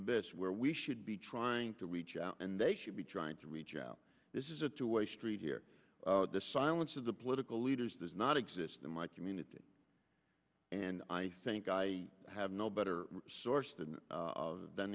abyss where we should be trying to reach out and they should be trying to reach out this is a two way street here the silence of the political leaders does not exist in my community and i think i have no better source than than th